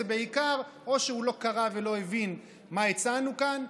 זה בעיקר בגלל שהוא לא קרא ולא הבין מה הצענו כאן,